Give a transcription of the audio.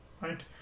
right